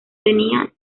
tenía